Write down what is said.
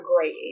great